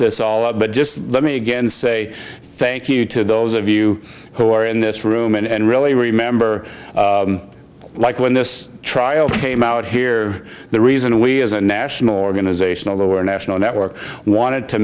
this all up but just let me again say thank you to those of you who are in this room and really remember like when this trial came out here the reason we as a national organization of our national network want